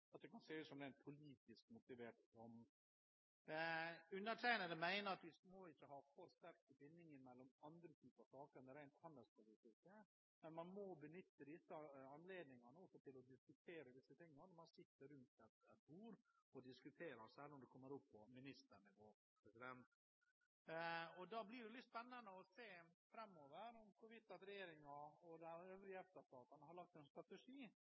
at utenriksministeren har uttalt at det kan se ut som om det er en politisk motivert dom. Jeg mener at vi ikke må ha for sterke bindinger mellom andre typer saker enn de rent handelspolitiske, men man må benytte disse anledningene til også å diskutere dette når man sitter rundt et bord, særlig når det kommer opp på ministernivå. Det blir veldig spennende framover å se om regjeringen og de øvrige EFTA-statene har lagt en strategi